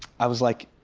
i was like,